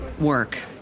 work